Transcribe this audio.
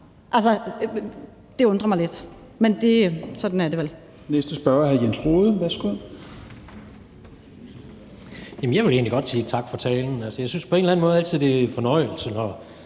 har. Det undrer mig lidt. Men sådan er det vel.